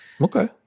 Okay